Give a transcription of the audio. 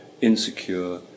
insecure